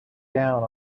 down